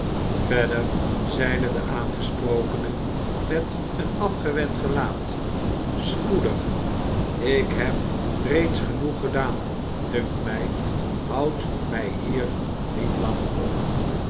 verder zeide de aangesprokene met een afgewend gelaat spoedig ik heb reeds genoeg gedaan dunkt mij houd mij hier niet lang op